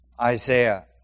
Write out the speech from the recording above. Isaiah